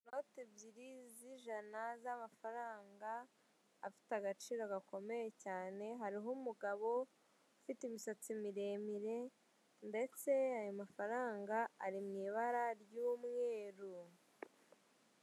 Inote ebyiri z'ijana z'amafaranga afite agaciro gakomeye cyane, hariho umugabo ufite imisatsi miremire ndetse ayo mafaranga ari mu ibara ry'umweru.